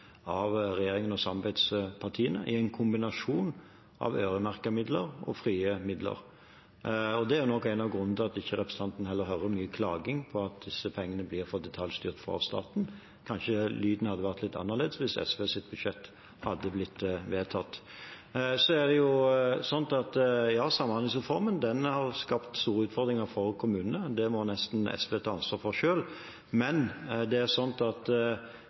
av regjeringen og samarbeidspartiene, i en kombinasjon av øremerkede midler og frie midler. Det er nok en av grunnene til at representanten heller ikke hører mye klaging på at disse pengene blir for detaljstyrt fra staten. Kanskje lyden hadde vært litt annerledes hvis SVs budsjett hadde blitt vedtatt. Ja, samhandlingsreformen har skapt store utfordringer for kommunene. Det må nesten SV ta ansvar for selv. Men vi er